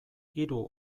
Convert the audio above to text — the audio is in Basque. hiru